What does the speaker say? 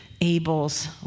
Abel's